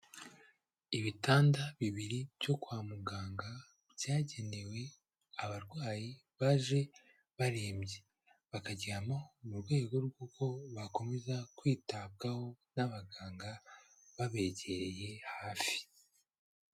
Ibitanda bibiri byo kwa muganga byagenewe abarwayi baje barembye, bakaryama mu rwego rw'uko bakomeza kwitabwaho n'abaganga babegereye hafi.